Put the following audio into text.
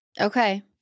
Okay